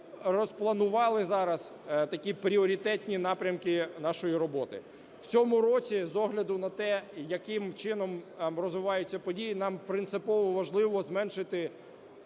розпланували зараз такі пріоритетні напрямки нашої роботи. В цьому році з огляду на те, яким чином розвиваються події, нам принципово важливо зменшити